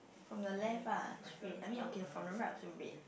from the left ah should be I mean okay from the right also red